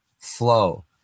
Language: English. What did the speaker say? flow